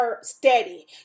steady